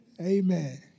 Amen